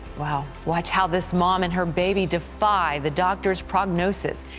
wow. watch how this mom and her baby defy the doctor's prognosis.